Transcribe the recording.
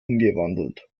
umgewandelt